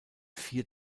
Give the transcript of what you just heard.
vier